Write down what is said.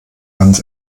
ganz